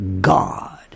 God